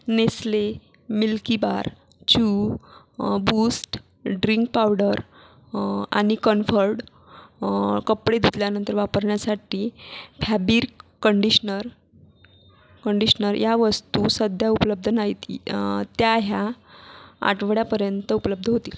Nestle Milkybar चू Boost drink powder आणि Comfort कपडे धुतल्यानंतर वापरण्यासाठी फॅबिर्क कंडिशनर कंडिशनर या वस्तू सध्या उपलब्ध नाहीत त्या ह्या आठवड्यापर्यंत उपलब्ध होतील